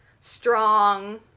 strong